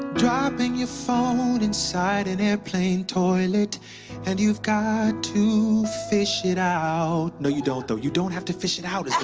dropping your phone inside an airplane toilet and you've got to fish it out no, you don't, though. you don't have to fish it out,